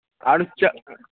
आरो च